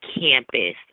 campus